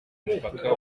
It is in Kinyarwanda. umupaka